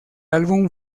álbum